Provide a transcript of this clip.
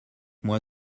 moi